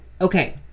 Okay